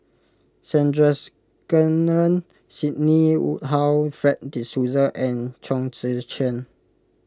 Sandrasegaran Sidney Woodhull Fred De Souza and Chong Tze Chien